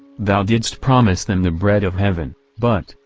thou didst promise them the bread of heaven, but,